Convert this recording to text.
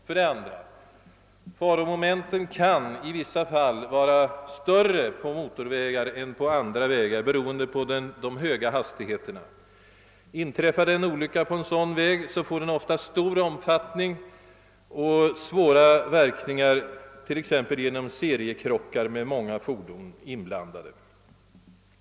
För det andra: Faromomentet kan i vissa fall vara större på motorvägar än på andra vägar på grund av de höga hastigheterna. Inträffar en olycka på en sådan väg får den ofta stor omfattning och svåra verkningar, t.ex. genom seriekrockar med många fordon inblandade.